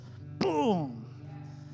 Boom